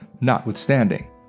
notwithstanding